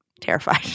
terrified